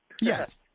Yes